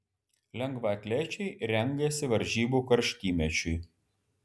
lengvaatlečiai rengiasi varžybų karštymečiui